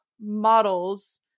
models